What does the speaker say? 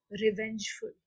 revengeful